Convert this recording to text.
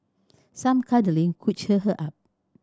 some cuddling could cheer her up